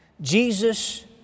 Jesus